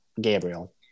Gabriel